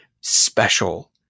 special